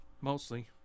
Mostly